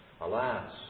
Alas